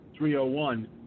301